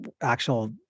actual